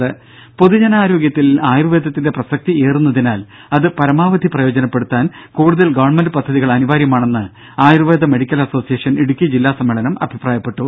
ദേദ പൊതുജനാരോഗ്യത്തിൽ ആയുർവേദത്തിന്റെ പ്രസക്തിയേറുന്നതിനാൽ അത് പരമാവധി പ്രയോജനപ്പെടുത്താൻ കൂടുതൽ ഗവൺമെന്റ് പദ്ധതികൾ അനിവാര്യമാണെന്ന് ആയുർവേദ മെഡിക്കൽ അസോസിയേഷൻ ഇടുക്കി ജില്ലാ സമ്മേളനം അഭിപ്രായപ്പെട്ടു